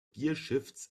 gearshifts